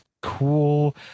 cool